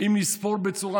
מה המינוח לכנס ועדה בזמן